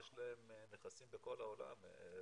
יש להם נכסים בכל העולם.